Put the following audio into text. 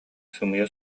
сымыйа